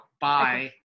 Bye